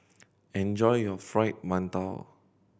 enjoy your Fried Mantou